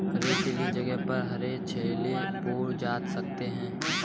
रेतीले जगह पर हरे छोले बोए जा सकते हैं